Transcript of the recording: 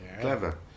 clever